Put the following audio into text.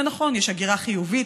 זה נכון, יש הגירה חיובית.